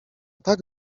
tak